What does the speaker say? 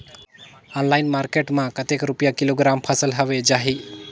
Online market मां कतेक रुपिया किलोग्राम फसल हवे जाही?